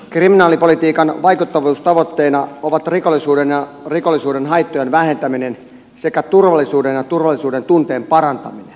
kriminaalipolitiikan vaikuttavuustavoitteina ovat rikollisuuden ja rikollisuuden haittojen vähentäminen sekä turvallisuuden ja turvallisuuden tunteen parantaminen